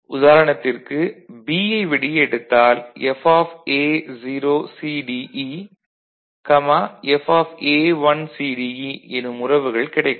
உதாரணத்திற்கு B வை வெளியே எடுத்தால் FA0CDE FA1CDE எனும் உறவுகள் கிடைக்கும்